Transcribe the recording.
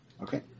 Okay